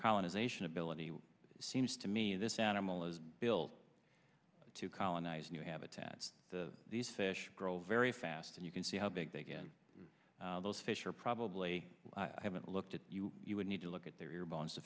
colonization ability seems to me this animal is built to colonize new habitats the these fish grow very fast and you can see how big they get those fish are probably haven't looked at you you would need to look at their ear bones to